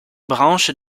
branche